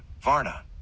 Varna